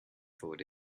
forward